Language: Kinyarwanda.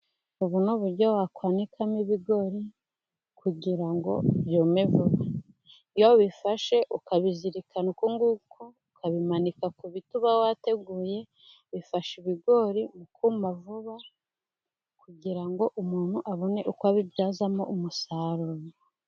Ubu ni uburyo wakwanikamo ibigori kugira ngo byume vuba. Iyo wabifashe ukabizirikana ukunguko ukabimanika ku biti uba wateguye, bifasha ibigori kuma vuba, kugira ngo umuntu abone uko abibyazamo umusaruro.